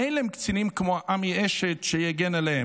ואין להם קצינים כמו עמי אשד שיגנו עליהם.